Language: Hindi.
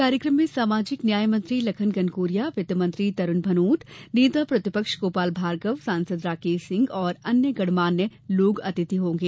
कार्यक्रम में सामाजिक न्याय मंत्री लखन घनघोरिया वित्त मंत्री तरूण भनोत नेता प्रतिपक्ष गोपाल भार्गव सांसद राकेश सिंह और गणमान्य लोग अतिथि होंगे